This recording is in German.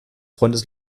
freundes